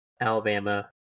Alabama